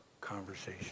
conversation